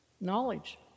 Knowledge